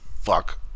Fuck